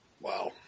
Wow